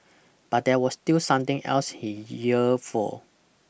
but there was still something else he yearned for